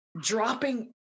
dropping